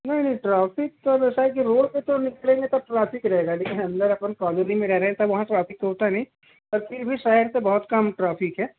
नहीं नहीं ट्रॉफिक तो जैसे है कि रोड पर निकलेंगे तो ट्रॉफिक रहेगा लेकिन अंदर अपन कॉलोनी में रह रहें तब वहाँ ट्रॉफिक तो होता नहीं पर फिर भी शहर से बहुत कम ट्रॉफिक है